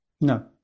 No